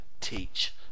teach